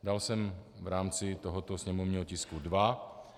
Dal jsem v rámci tohoto sněmovního tisku dva.